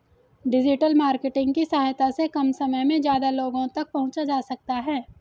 digital marketing की सहायता से कम समय में ज्यादा लोगो तक पंहुचा जा सकता है